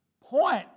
point